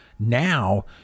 Now